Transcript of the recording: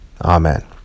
Amen